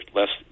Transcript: less